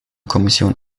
kommission